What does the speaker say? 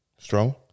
Strong